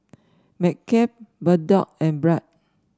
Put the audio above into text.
McCafe Bardot and Bragg